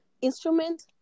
instrument